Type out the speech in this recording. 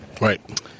Right